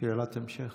שאלת המשך.